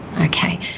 Okay